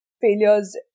failures